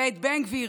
ואת בן גביר